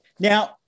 Now